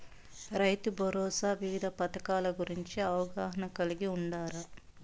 రైతుభరోసా వివిధ పథకాల గురించి అవగాహన కలిగి వుండారా?